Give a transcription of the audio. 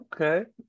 Okay